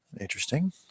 Interesting